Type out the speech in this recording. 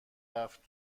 رفت